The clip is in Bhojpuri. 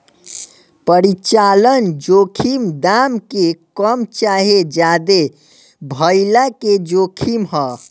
परिचालन जोखिम दाम के कम चाहे ज्यादे भाइला के जोखिम ह